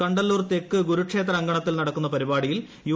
കണ്ടല്ലൂർ തെക്ക് ഗുരു ക്ഷേത്ര അങ്കണത്തിൽ നടക്കുന്ന പരിപാടിയിൽ യു